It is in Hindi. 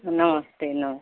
नमस्ते नमस्ते